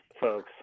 folks